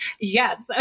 Yes